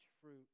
fruit